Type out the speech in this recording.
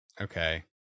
Okay